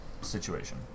situation